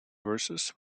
verses